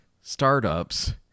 startups